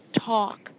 talk